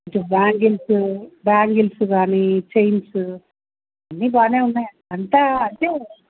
ఇటు bangles bangles కానీ chains అన్నీ బాగా ఉన్నాయి అంతా అంటే